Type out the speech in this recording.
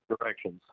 directions